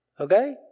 Okay